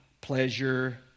pleasure